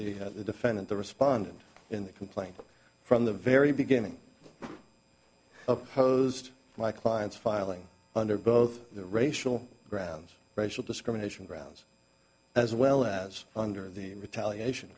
that the defendant the respondent in the complaint from the very beginning of posed my client's filing under both racial grounds racial discrimination grounds as well as under the retaliation